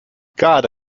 garde